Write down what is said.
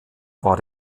war